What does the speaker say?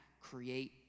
create